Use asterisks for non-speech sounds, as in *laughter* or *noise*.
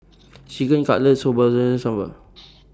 Chicken Cutlet Soba *unintelligible* Sambar